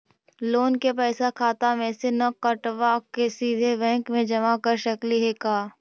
Loan के पैसा खाता मे से न कटवा के सिधे बैंक में जमा कर सकली हे का?